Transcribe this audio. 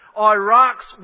Iraq's